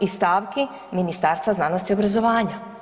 Iz stavki Ministarstva znanosti i obrazovanja.